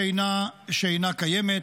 שאינה קיימת.